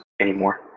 anymore